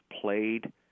played